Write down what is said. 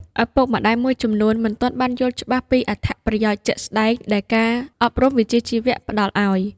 ឪពុកម្តាយមួយចំនួនមិនទាន់បានយល់ច្បាស់ពីអត្ថប្រយោជន៍ជាក់ស្តែងដែលការអប់រំវិជ្ជាជីវៈផ្តល់ឲ្យ។